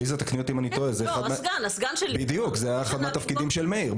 זה אחד מהתפקידים של מאיר.